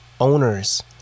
owners